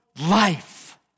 life